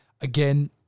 again